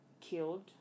killed